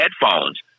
headphones